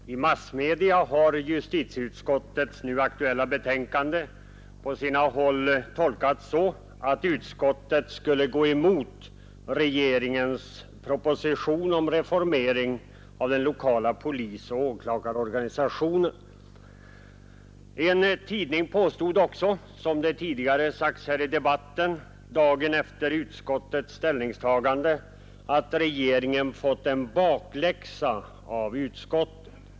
Herr talman! I massmedia har justitieutskottets nu aktuella betänkande på sina håll tolkats så att utskottet skulle gå emot regeringens proposition om reformering av den lokala polisoch åklagarorganisationen. En tidning påstod också, som tidigare sagts i debatten, dagen efter utskottets ställningstagande, att regeringen fått en bakläxa av utskottet.